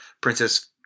Princess